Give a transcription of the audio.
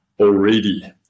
already